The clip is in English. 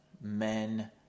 men